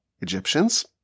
Egyptians